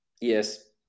Yes